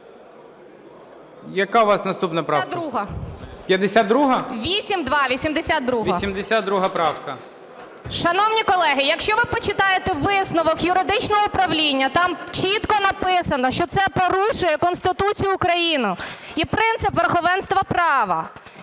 82-а ГОЛОВУЮЧИЙ. 82 правка. УСТІНОВА О.Ю. Шановні колеги, якщо ви почитаєте висновок юридичного управління там чітко написано, що це порушує Конституцію України і принцип верховенства права,